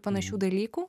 panašių dalykų